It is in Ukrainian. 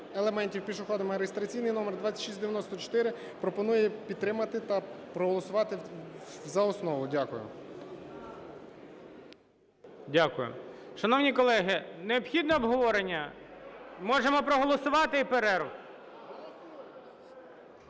елементів пішоходами (реєстраційний номер 2694) пропоную підтримати та проголосувати за основу. Дякую. ГОЛОВУЮЧИЙ. Дякую. Шановні колеги, необхідно обговорення? Можемо проголосувати – і перерва.